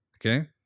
Okay